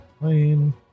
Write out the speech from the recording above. Plane